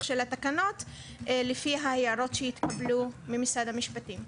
של התקנות לפי ההערות שהתקבלו ממשרד המשפטים.